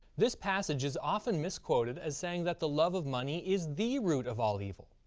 this passage is often misquoted as saying that the love of money is the root of all evil.